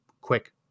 quick